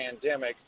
pandemic